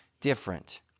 different